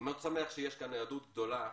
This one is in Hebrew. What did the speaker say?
אני מאוד שמח שיש היענות גדולה